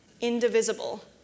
indivisible